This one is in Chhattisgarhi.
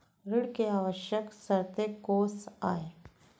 ऋण के आवश्यक शर्तें कोस आय?